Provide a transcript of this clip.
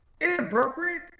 inappropriate